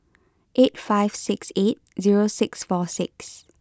eight five six eight zero six four six